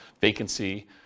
vacancy